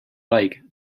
like